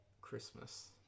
Christmas